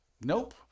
Nope